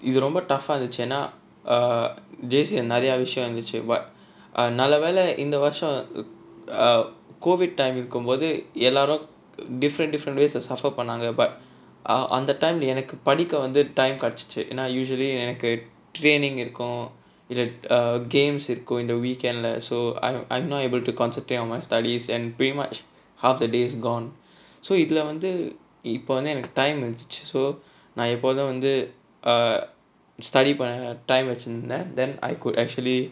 இது ரொம்ப:ithu romba tough இருந்துச்சு ஏனா:irunthuchu yaenaa err J_C நிறையா விஷயம் இருந்துச்சு:niraiyaa vishayam irunthuchu but நல்ல வேளை இந்த வருஷம்:nalla velai intha varusham COVID time இருக்கும்போது எல்லாரும்:irukkumpothu ellaarum different different ways suffer பண்ணாங்க:pannaanga but அந்த:antha time எனக்கு படிக்க வந்து:enakku padikka vanthu time கிடைச்சுச்சு ஏன்னா:kidaichuchu yaennaa usually எனக்கு:enakku training இருக்கும்:irukkum games இருக்கும்:irukkum in the weekend lah I'm not able to concentrate on my studies and pretty much half the day's gone so இதுல வந்து இப்ப வந்து எனக்கு:ithula vanthu ippa vanthu enakku time இருந்துச்சு:irunthuchu so நா எப்போது வந்து:naa eppothu vanthu study பண்ண:panna time வச்சிருந்தேன்:vachirunthaen then I could actually